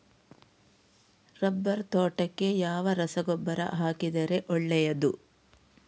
Rubber ತೋಟಕ್ಕೆ ಯಾವ ರಸಗೊಬ್ಬರ ಹಾಕಿದರೆ ಒಳ್ಳೆಯದು?